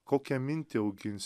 kokią mintį augins